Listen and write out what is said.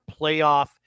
playoff